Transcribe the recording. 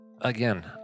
Again